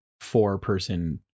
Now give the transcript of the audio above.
four-person